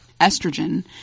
estrogen